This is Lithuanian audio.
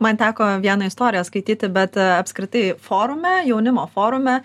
man teko vieną istoriją skaityti bet apskritai forume jaunimo forume